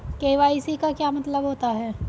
KYC का क्या मतलब होता है?